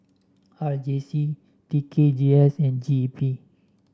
R J C T K G S and G E P